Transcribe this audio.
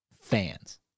fans